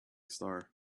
star